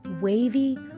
Wavy